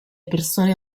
persone